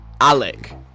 Alec